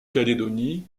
calédonie